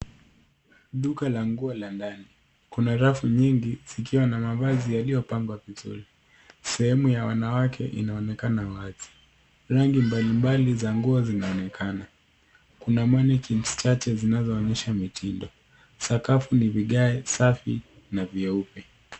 Duka la nguo la ndani. Kuna rafu nyingi, zikiwa na mavazi yaliyopangwa vizuri. Sehemu ya wanawake inaonekana wazi. Rangi mbalimbali za nguo zinaonekana. Kuna manikins chache zinazoonyesha mitindo. Sakafu ni vigae safi na vyeupe.